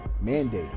mandate